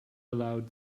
aloud